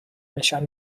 نشان